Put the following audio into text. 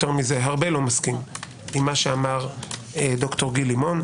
יותר מזה - הרבה לא מסכים עם מה שאמר ד"ר גיל לימון.